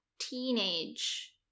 teenage